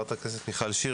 חברת הכנסת מיכל שיר,